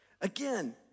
Again